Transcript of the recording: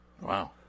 Wow